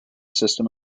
system